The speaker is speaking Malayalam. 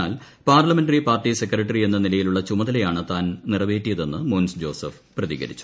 എന്നാൽ പാർലമെന്ററി പാർട്ടി സെക്രട്ടറി എന്ന നിലയിലുള്ള ചുമതലയാണ് താൻ നിറവേറ്റിയതെന്ന് മോൻസ് ജോസഫ് പ്രതികരിച്ചു